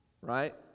Right